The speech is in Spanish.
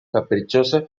caprichosa